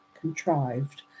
contrived